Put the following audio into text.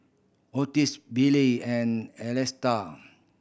Ottis Bailee and Electa